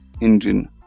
engine